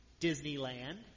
Disneyland